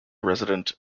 resident